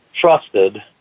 trusted